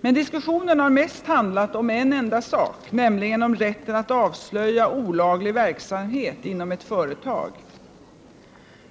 Men diskussionen har mest handlat om en enda sak, nämligen om rätten att avslöja olaglig verksamhet inom ett företag.